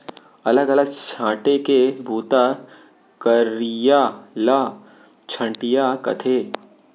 अलग अलग छांटे के बूता करइया ल छंटइया कथें